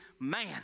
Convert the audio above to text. man